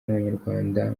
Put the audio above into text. n’abanyarwanda